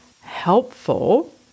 helpful